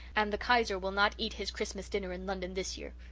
and the kaiser will not eat his christmas dinner in london this year.